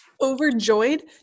overjoyed